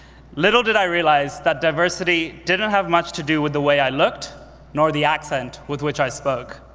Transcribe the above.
little did i realize that diversity didn't have much to do with the way i looked nor the accent with which i spoke.